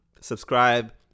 Subscribe